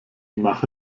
mache